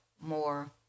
more